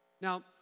Now